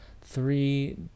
three